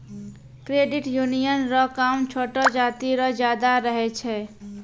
credit union रो काम छोटो जाति रो ज्यादा रहै छै